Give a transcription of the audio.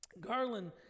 Garland